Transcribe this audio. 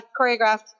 choreographed